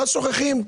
אז שוכחים.